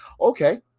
Okay